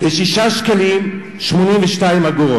ל-6.82 שקלים.